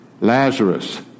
Lazarus